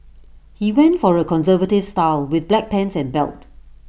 he went for A conservative style with black pants and belt